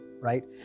right